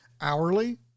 hourly